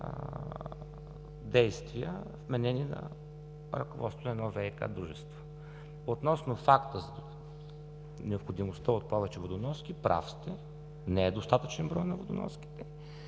действия, вменени на ръководството на едно ВиК дружество. Относно необходимостта от повече водоноски. Прав сте, не е достатъчен броят на водоноските,